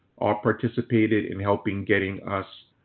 all participated in helping getting us